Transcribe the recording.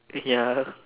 ya